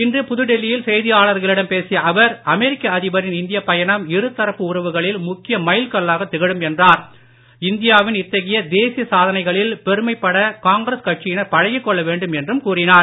இன்று புதுடில்லி யில் செய்தியாளர்களிடம் பேசிய அவர் அமெரிக்க அதிபரின் இந்தியப் பயணம் இருதரப்பு உறவுகளில் முக்கிய மைல் கல்லாகத் திகழும் என்றும் இந்தியா வின் இத்தகைய தேசிய சாதனைகளில் பெருமைப்பட காங்கிரஸ் கட்சியினர் பழகிக்கொள்ள வேண்டும் என்றும் கூறினார்